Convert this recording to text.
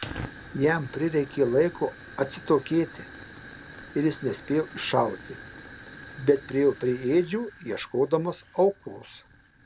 jam prireikė laiko atsitokėti ir jis nespėjo iššauti bet priėjo prie ėdžių ieškodamas aukos